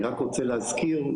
אני רק רוצה להזכיר,